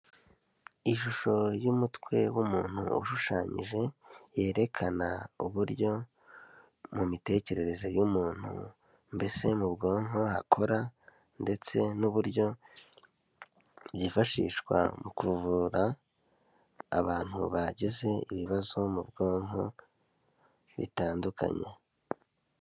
Ishusho y'umutwe w'umuntu ushushanyije, yerekana uburyo mu mitekerereze y'umuntu mbese mu bwonko hakora, ndetse n'uburyo byifashishwa mu kuvura abantu bagize ibibazo mu bwonko bitandukanye.